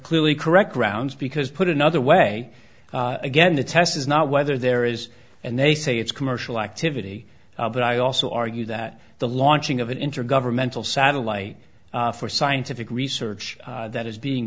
clearly correct grounds because put another way again the test is not whether there is and they say it's commercial activity but i also argue that the launching of an intergovernmental satellite for scientific research that is being